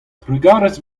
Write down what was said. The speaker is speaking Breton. trugarez